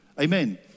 Amen